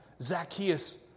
Zacchaeus